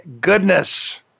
goodness